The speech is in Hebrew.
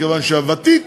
מכיוון שהוותיק